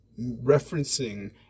referencing